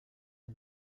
are